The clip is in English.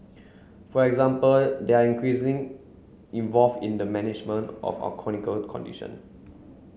for example they are increasing involve in the management of our chronical condition